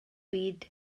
byd